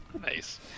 Nice